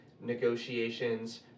negotiations